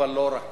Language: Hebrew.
אבל לא רק.